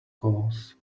cause